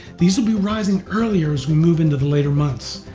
these will be rising earlier as we move into the later months.